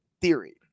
theory